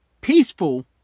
peaceful